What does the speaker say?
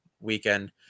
weekend